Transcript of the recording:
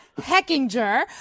Heckinger